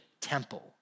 temple